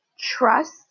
trust